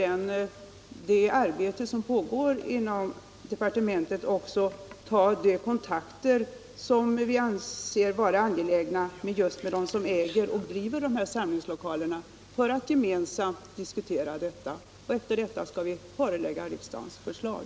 I det arbete som pågår i departementet tänker vi också ta de kontakter som vi anser vara angelägna med just dem som äger och driver de här samlingslokalerna så att vi gemensamt kan diskutera frågan. Efter detta skall vi förelägga riksdagen förslag.